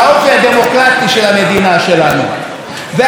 והחרדה הזאת היא גם זו שמאפשרת לנו והיא